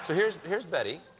so here's here's bette.